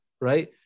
right